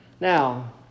Now